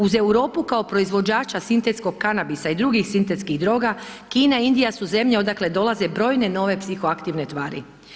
Uz Europu kao proizvođača sintetskog kanabisa i drugih sintetskih droga, Kina i Indija su zemlje odakle dolaze brojne nove psihoaktivne tvari.